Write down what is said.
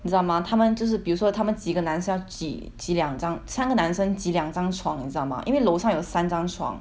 你知道吗他们就是比如说他们几个男生要挤挤两张三个男生挤两张床你知道吗因为楼上有三张床